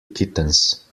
kittens